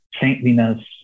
saintliness